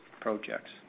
projects